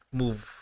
move